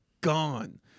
Gone